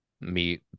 meet